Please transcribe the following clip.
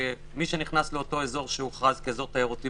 מי שנכנס לאותו אזור שהוכרז כאזור תירותי